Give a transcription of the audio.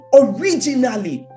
originally